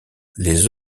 les